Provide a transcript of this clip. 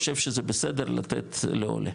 חושב שזה בסדר לתת לעולה,